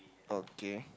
okay